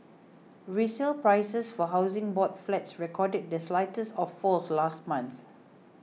resale prices for Housing Board flats recorded this slightest of falls last month